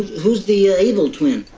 who's the ah evil twin?